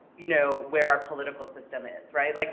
you know, where our political system is, right? like